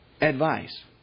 advice